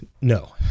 No